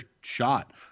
shot